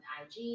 ig